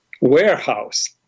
warehouse